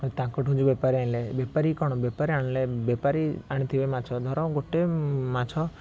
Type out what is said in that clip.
ଆଉ ତାଙ୍କଠୁ ଯେଉଁ ବେପାରୀ ଆଣିଲେ ବେପାରୀ କ'ଣ ବେପାରୀ ଆଣିଲେ ବେପାରୀ ଅଣିଥିବେ ମାଛ ଧର ଗୋଟେ ମାଛ